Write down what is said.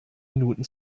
minuten